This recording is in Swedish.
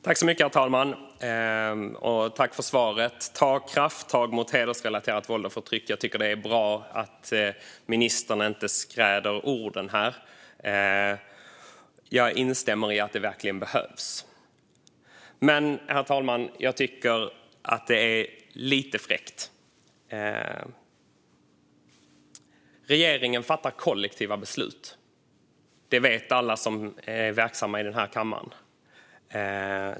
Herr talman! Det är bra att statsrådet inte skräder orden och vill ta krafttag mot hedersrelaterat våld och förtryck. Jag instämmer i att detta verkligen behövs. Jag tycker dock att det är lite fräckt. Regeringen fattar kollektiva beslut. Det vet alla som är verksamma i denna kammare.